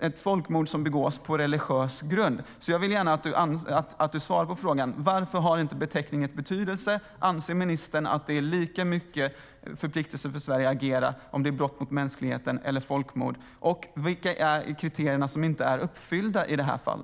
ett folkmord som begås på religiös grund. Jag vill gärna att ministern svarar på frågan: Varför har inte beteckningen betydelse? Anser ministern att det är lika mycket förpliktelse för Sverige att agera om det är brott mot mänskligheten som om det är folkmord? Vilka är kriterierna som inte är uppfyllda i detta fall?